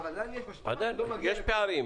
יש פערים.